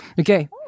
Okay